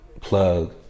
Plug